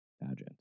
pageant